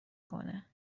کنه